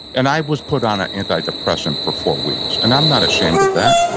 and i was put on an antidepressant for four weeks. and i'm not ashamed of that.